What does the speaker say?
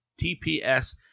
TPS